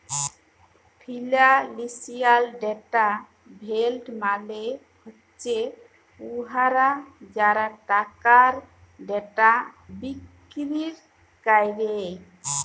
financial data vendor মালে হছে উয়ারা যারা টাকার ডেটা বিক্কিরি ক্যরে